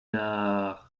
nach